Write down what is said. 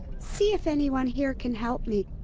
see if anyone here can help me.